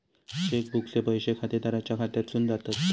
check बुकचे पैशे खातेदाराच्या खात्यासून जातत